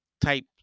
type